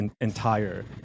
entire